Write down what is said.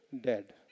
dead